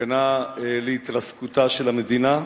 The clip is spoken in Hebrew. סכנה של התרסקות המדינה.